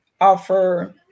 offer